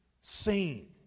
seen